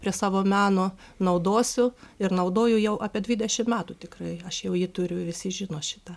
prie savo meno naudosiu ir naudoju jau apie dvidešim metų tikrai aš jau jį turiu ir visi žino šitą